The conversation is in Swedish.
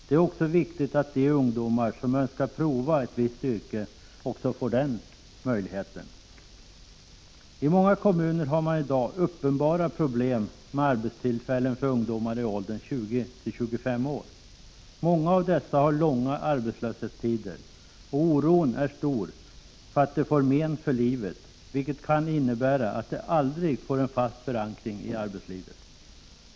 Det är också viktigt att de ungdomar som önskar pröva ett visst yrke får möjlighet att göra det. I många kommuner har man i dag uppenbara problem att skapa arbetstillfällen för ungdomar i åldern 20-25 år. Många av dessa har under lång tid varit arbetslösa, och oron är stor för att de skall få men för livet, vilket kan innebära att de aldrig får en fast förankring i arbetslivet.